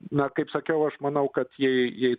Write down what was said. na kaip sakiau aš manau kad jei jei